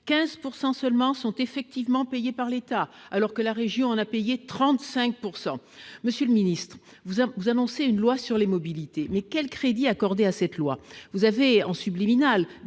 15 % seulement sont effectivement payés par l'État, alors que la région en a payé 35 %. Monsieur le ministre, vous annoncez une loi sur les mobilités. Mais quel crédit accorder à un tel texte ? Vous indiquez de manière subliminale